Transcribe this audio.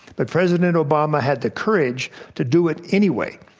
but president obama had the courage to do it anyway.